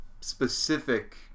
specific